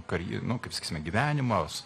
kar nu kaip sakysime gyvenimą